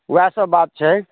इएह सब बात छै